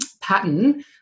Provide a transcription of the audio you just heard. pattern